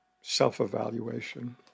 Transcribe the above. self-evaluation